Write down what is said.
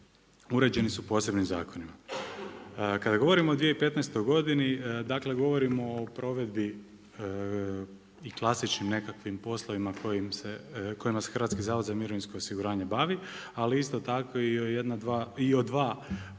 uređeni su posebnim zakonima. Kada govorimo o 2015. godini, govorimo o provedbi i klasičnim nekakvim poslovima kojima se Hrvatski zavod za mirovinsko osiguranje bavi, ali i isto tako i o dva projekta